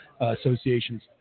Association's –